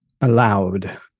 allowed